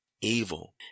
evil